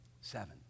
Seven